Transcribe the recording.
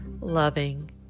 loving